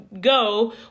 go